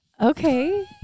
Okay